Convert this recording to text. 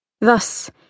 Thus